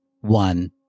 One